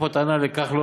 קשור לכחלון.